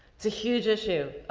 it's a huge issue. ah,